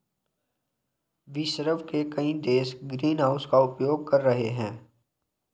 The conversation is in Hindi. विश्व के कई देश ग्रीनहाउस का उपयोग कर रहे हैं